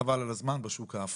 חבל על הזמן בשוק האפור,